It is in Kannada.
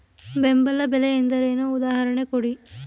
ಬೆಂಬಲ ಬೆಲೆ ಎಂದರೇನು, ಉದಾಹರಣೆ ಕೊಡಿ?